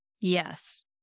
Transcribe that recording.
Yes